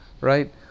right